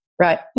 Right